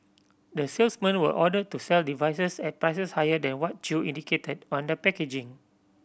the salesmen were ordered to sell devices at prices higher than what Chew indicated on the packaging